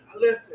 listen